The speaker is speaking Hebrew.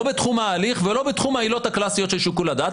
לא בתחום ההליך ולא בתחום העילות הקלאסיות של שיקול הדעת,